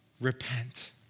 repent